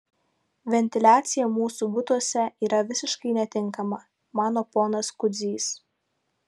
ventiliacija mūsų butuose yra visiškai netinkama mano ponas kudzys